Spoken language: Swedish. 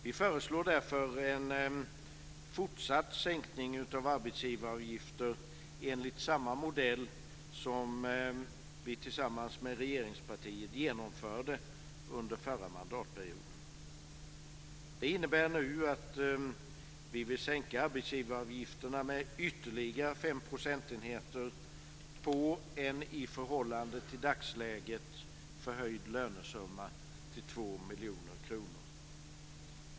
Vi föreslår därför en fortsatt sänkning av arbetsgivaravgifter enligt samma modell som vi tillsammans med regeringspartiet genomförde under den förra mandatperioden. Det innebär att vi nu vill sänka arbetsgivaravgifterna med ytterligare 5 procentenheter på en i förhållande till dagsläget till 2 miljoner kronor förhöjd lönesumma.